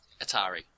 Atari